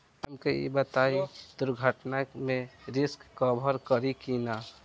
हमके ई बताईं दुर्घटना में रिस्क कभर करी कि ना?